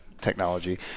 technology